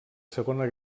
segona